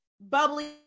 bubbly